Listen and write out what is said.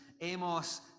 amos